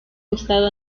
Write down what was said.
gustado